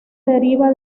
deriva